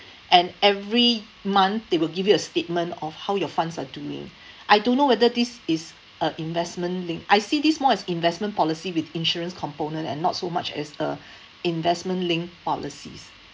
and every month they will give you a statement of how your funds are doing I don't know whether this is a investment linked I see this more as investment policy with insurance component and not so much as a investment linked policies